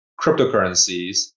cryptocurrencies